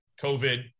COVID